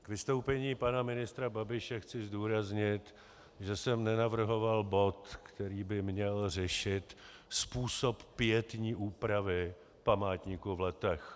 K vystoupení pana ministra Babiše chci zdůraznit, že jsem nenavrhoval bod, který by měl řešit způsob pietní úpravy památníku v Letech.